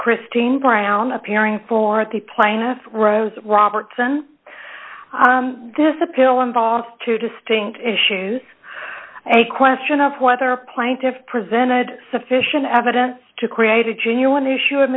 christine brown appearing for the plaintiff rose robertson this appeal involves two distinct issues a question of whether plaintiffs presented sufficient evidence to create a genuine issue of